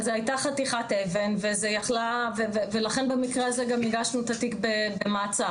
זו הייתה חתיכת אבן ולכן במקרה הזה גם הגשנו את התיק במעצר.